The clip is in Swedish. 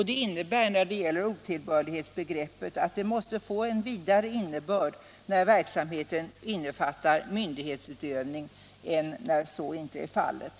Detta innebär att otillbörlighetsbegreppet måste få en vidare innebörd när verksamheten infattar myndighetsutövning än när så inte är fallet.